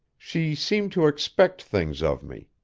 she seemed to expect things of me.